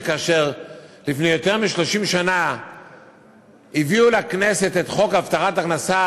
שכאשר לפני יותר מ-30 שנה הביאו לכנסת את חוק הבטחת הכנסה,